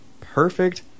perfect